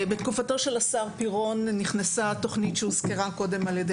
בתקופתו של השר פירון נכנסה התוכנית שהוזכרה קודם על ידי